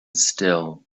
still